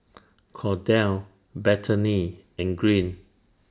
Kordell Bethany and Green